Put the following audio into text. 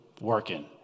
working